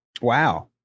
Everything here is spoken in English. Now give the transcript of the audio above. wow